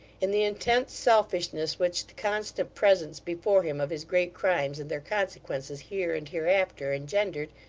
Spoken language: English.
in the intense selfishness which the constant presence before him of his great crimes, and their consequences here and hereafter, engendered,